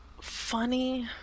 funny